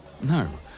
no